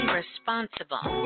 responsible